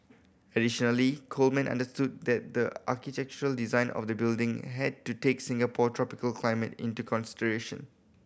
additionally Coleman understood that the architectural design of the building had to take Singapore's tropical climate into consideration